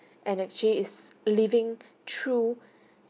and actually is living through